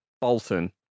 Bolton